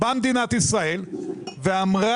באה מדינת ישראל ואמרה,